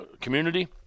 community